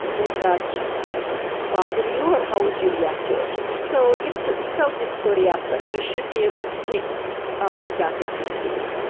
would that bother you, or how would you react to it? so it's self-discovery aspect. you should be able to take ah feedback and criticism,